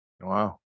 Wow